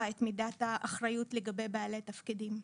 את מידת האחריות לגבי בעלי התפקידים.